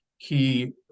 key